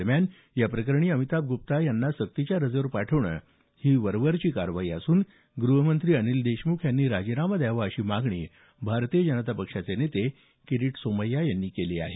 दरम्यान या प्रकरणी अमिताभ गुप्ता यांना सक्तीच्या रजेवर पाठवणं ही वरवरची कारवाई असून गृहमंत्री अनिल देशमुख यांनी राजीनामा द्यावा अशी मागणी भारतीय जनता पक्षाचे नेते किरीट सोमय्या यांनी केली आहे